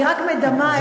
אני רק מדמה איך זה היה,